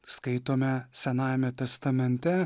skaitome senajame testamente